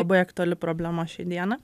labai aktuali problema šiai dieną